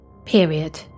Period